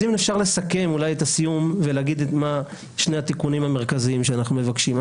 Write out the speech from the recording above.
אסכם מה הם שני התיקונים המרכזיים שאנחנו מבקשים לבצע.